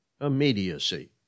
immediacy